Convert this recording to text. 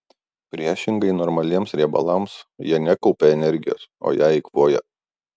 priešingai normaliems riebalams jie nekaupia energijos o ją eikvoja